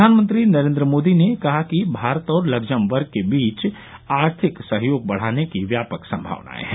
प्रधानमंत्री नरेन्द्र मोदी ने कहा कि भारत और लग्जमबर्ग के बीच आर्थिक सहयोग बढ़ाने की व्यापक संमावनाएं हैं